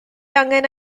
angen